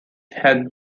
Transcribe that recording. had